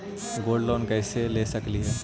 Gold loan कैसे ले सकली हे?